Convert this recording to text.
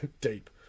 deep